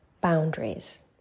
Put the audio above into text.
Boundaries